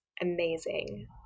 amazing